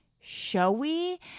showy